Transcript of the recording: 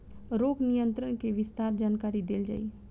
रोग नियंत्रण के विस्तार जानकरी देल जाई?